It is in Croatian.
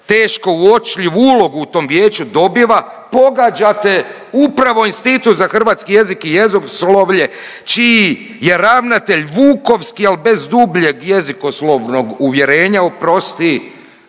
teško uočljivu ulogu u tom vijeću dobiva pogađate upravo Institut za hrvatski jezik i jezikoslovlje čiji je ravnatelj vukovski, al bez dubljeg jezikoslovnog uvjerenja, oprosti